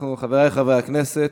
חברי חברי הכנסת,